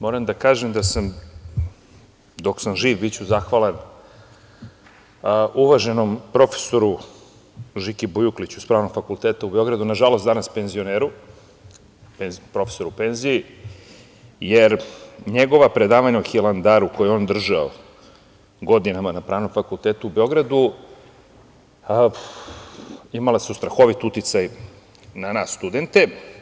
Moram da kažem da ću biti zahvalan dok sam živ uvaženom profesoru Žiki Bujukliću s Pravnog fakulteta u Beogradu, nažalost danas penzioneru, profesoru u penziji, jer su njegova predavanja o Hilandaru koja je on držao godinama na Pravnom fakultetu u Beogradu imala strahovit uticaj na nas studente.